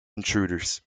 intruders